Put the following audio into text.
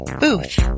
BOOTH